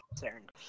concerned